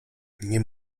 nie